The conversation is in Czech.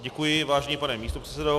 Děkuji, vážený pane místopředsedo.